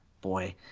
Boy